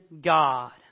God